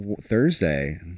Thursday